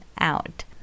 out